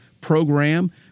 program